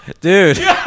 Dude